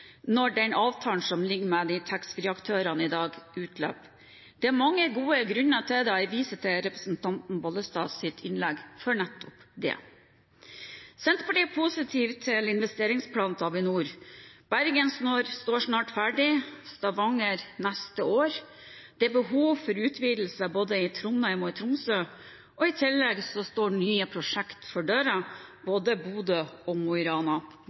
når avtalen som gjelder med taxfree-aktørene i dag, utløper. Det er mange gode grunner til det. Jeg viser til representanten Bollestads innlegg for nettopp det. Senterpartiet er positiv til investeringsplanen til Avinor. Bergen står nå snart ferdig, Stavanger neste år. Det er behov for utvidelser både i Trondheim og i Tromsø, og i tillegg står nye prosjekter for døren – både i Bodø og i Mo i Rana.